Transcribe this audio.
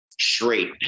straight